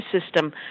system